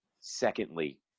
Secondly